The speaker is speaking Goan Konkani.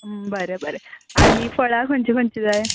बरें बरें आनी फळां खंयचीं खंयचीं जाय